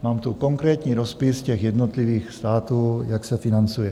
Mám tu konkrétní rozpis těch jednotlivých států, jak se to financuje.